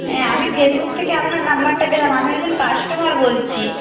হ্যাঁ আমি ফেসবুক থেকে আপনার নাম্বারটা পেলাম আমি একজন কাস্টমার বলছি